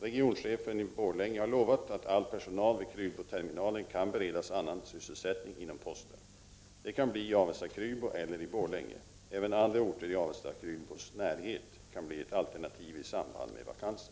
Regionchefen i Borlänge har lovat att all personal vid Krylboterminalen kan beredas annan sysselsättning inom Posten. Det kan bli i Avesta Krylbos närhet kan bli ett alternativ i samband med vakanser.